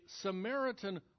Samaritan